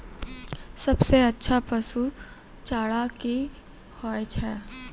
सबसे अच्छा पसु चारा की होय छै?